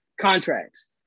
contracts